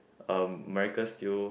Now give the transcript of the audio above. um American still